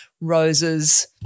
roses